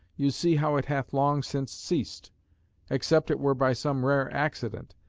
you see how it hath long since ceased except it were by some rare accident,